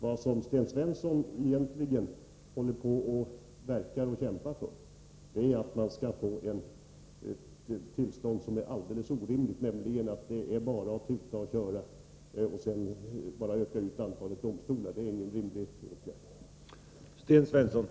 Vad Sten Svensson egentligen kämpar för är att vi skall få ett tillstånd som är alldeles orimligt, nämligen att det bara är att tuta och köra. Att utöka antalet domstolar är ingen rimlig åtgärd.